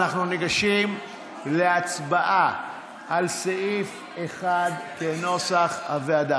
אנחנו ניגשים להצבעה על סעיף 1 כנוסח הוועדה,